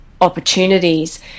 opportunities